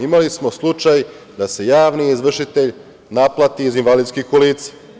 Imali smo slučaj da se javni izvršitelj naplati iz invalidskih kolica.